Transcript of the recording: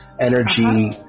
energy